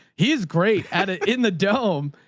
he is great at it in the dome.